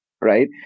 right